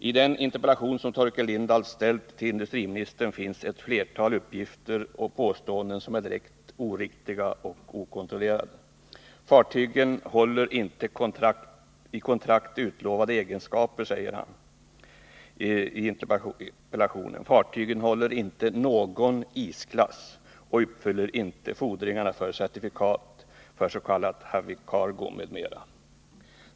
I den interpellation som Torkel Lindahl ställt till industriministern finns ett flertal uppgifter och påståenden som är direkt oriktiga och som inte är kontrollerade. I interpellationen säger han, att fartygen inte haft i kontrakt utlovade egenskaper. Fartygen uppfyller inte någon isklass över huvud taget, och de uppfyller heller inte fordringarna för certifikat för s.k. heavy cargo, m.m.